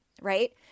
right